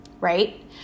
Right